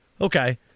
Okay